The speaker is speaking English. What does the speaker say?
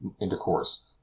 intercourse